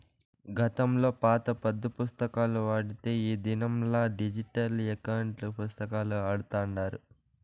గతంలో పాత పద్దు పుస్తకాలు వాడితే ఈ దినంలా డిజిటల్ ఎకౌంటు పుస్తకాలు వాడతాండారు